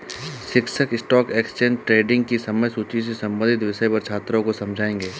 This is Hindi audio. शिक्षक स्टॉक एक्सचेंज ट्रेडिंग की समय सूची से संबंधित विषय पर छात्रों को समझाएँगे